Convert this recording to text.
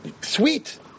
Sweet